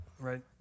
Right